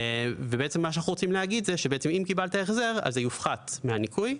מה שאנחנו רוצים להגיד זה שאם קיבלת החזר זה יופחת מהניכוי,